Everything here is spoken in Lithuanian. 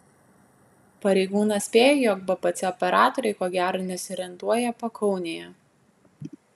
pareigūnas spėjo jog bpc operatoriai ko gero nesiorientuoja pakaunėje